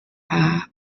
are